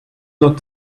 not